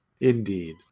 Indeed